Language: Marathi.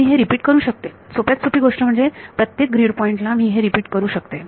मी हे रिपीट करू शकते सोप्यात सोपी गोष्ट म्हणजे प्रत्येक ग्रीड पॉइंट ला मी हे रिपीट करू शकते